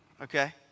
Okay